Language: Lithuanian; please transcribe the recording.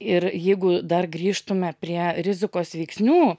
ir jeigu dar grįžtume prie rizikos veiksnių